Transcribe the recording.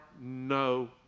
no